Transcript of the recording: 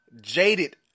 Jaded